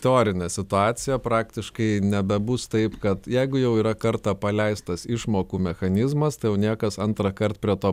teorinė situacija praktiškai nebebus taip kad jeigu jau yra kartą paleistas išmokų mechanizmas tai jau niekas antrą kart prie to